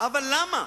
אבל למה,